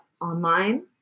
online